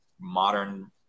modern